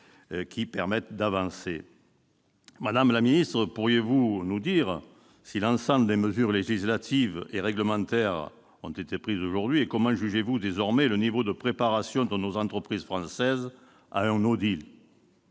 qui permettent d'avancer. Madame la secrétaire d'État, pourriez-vous nous dire si l'ensemble des mesures législatives et réglementaires ont été prises ? Comment jugez-vous désormais le niveau de préparation de nos entreprises françaises à un ?